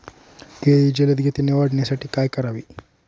केळी जलदगतीने वाढण्यासाठी काय करावे?